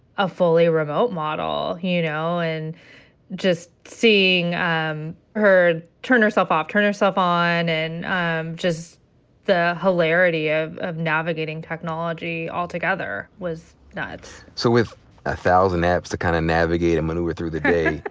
a fully remote model, you know? and just seeing um her turn herself off, turn herself on and um just the hilarity of of navigating technology altogether was nuts. so with a thousand apps to kinda kind of navigate and maneuver through the day,